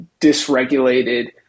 dysregulated